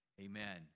Amen